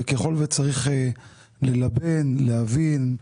ככל שצריך ללבן, להבין,